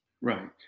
Right